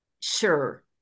sure